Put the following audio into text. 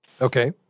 Okay